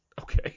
Okay